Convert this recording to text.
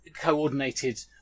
coordinated